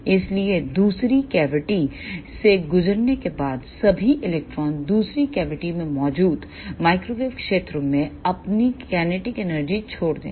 इसलिए दूसरी कैविटी से गुजरने के बाद सभी इलेक्ट्रॉन दूसरे कैविटी में मौजूद माइक्रोवेव क्षेत्रों में अपनी काइनेटिक एनर्जी छोड़ देंगे